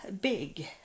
big